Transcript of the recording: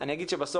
אני אגיד שבסוף